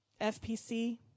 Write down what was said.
FPC